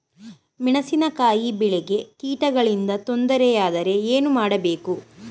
ಮೆಣಸಿನಕಾಯಿ ಬೆಳೆಗೆ ಕೀಟಗಳಿಂದ ತೊಂದರೆ ಯಾದರೆ ಏನು ಮಾಡಬೇಕು?